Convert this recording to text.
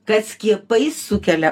kad skiepai sukelia